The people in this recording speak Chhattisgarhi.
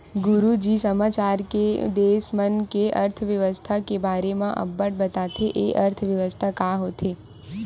गुरूजी समाचार म देस मन के अर्थबेवस्था के बारे म अब्बड़ बताथे, ए अर्थबेवस्था का होथे?